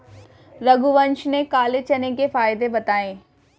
रघुवंश ने काले चने के फ़ायदे बताएँ